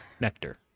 Nectar